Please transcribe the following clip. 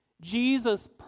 Jesus